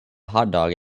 hotdog